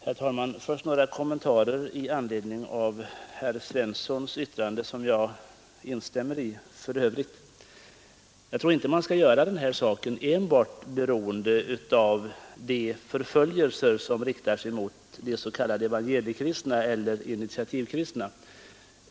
Herr talman! Först några kommentarer i anledning av herr Svenssons i Kungälv yttrande, som jag instämmer i för övrigt. Jag tror inte man skall göra denna fråga enbart beroende av de förföljelser som riktar sig emot de s.k. evangeliekristna eller initiativkristna.